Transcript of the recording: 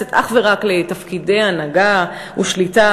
מתייחסת אך ורק לתפקידי הנהגה ושליטה,